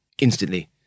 Instantly